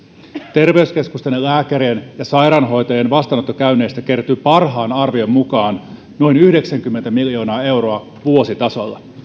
terveyskeskusten ja lääkärien ja sairaanhoitajien vastaanottokäynneistä kertyy parhaan arvion mukaan noin yhdeksänkymmentä miljoonaa euroa vuositasolla